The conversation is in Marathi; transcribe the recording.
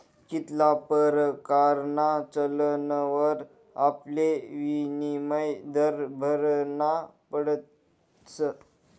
कित्ला परकारना चलनवर आपले विनिमय दर भरना पडस